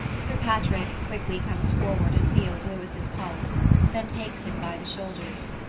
sir patrick quickly comes forward and feels louis's pulse then takes him by the shoulders.